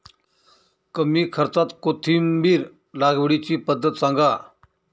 कमी खर्च्यात कोथिंबिर लागवडीची पद्धत सांगा